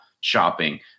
shopping